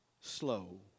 slow